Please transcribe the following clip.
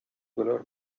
color